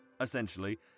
essentially